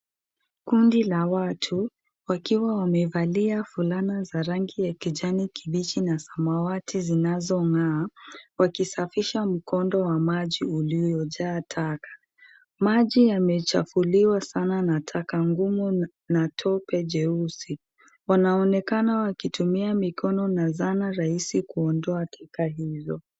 Kundi la watu, wakiwa wamevalia fulana za rangi ya kijani kibichi na samawati zinazong'aa, wakisafisha mkondo wa maji uliojaa taka. Maji yamechafuliwa sana na taka ngumu na tope jeusi. Wanaonekana wakitumia mikono na zana rahisi kuondoa taka hizo.